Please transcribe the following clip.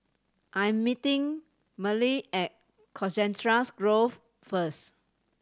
I am meeting Merle at Colchester Grove first